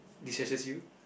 destresses you